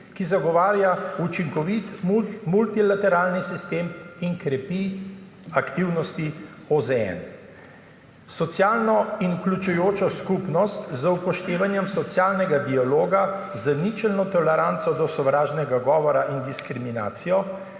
ki zagovarja učinkovit multilateralni sistem in krepi aktivnosti OZN, socialno in vključujočo skupnost z upoštevanjem socialnega dialoga z ničelno toleranco do sovražnega govora in diskriminacijo,